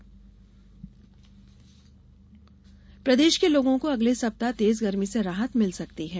मौसम प्रदेश के लोगों को अगले सप्ताह तेज गर्मी से राहत मिल सकती है